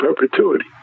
perpetuity